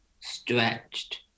stretched